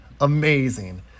amazing